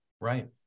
Right